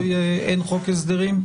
אוי - אין חוק הסדרים?